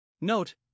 Note